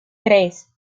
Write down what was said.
tres